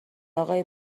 آقای